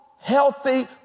healthy